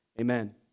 Amen